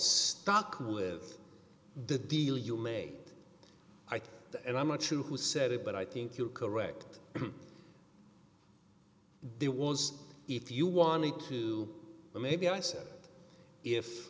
stuck with the deal you may like and i'm not sure who said it but i think you're correct there was if you wanted to maybe i said if